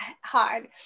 hard